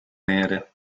nere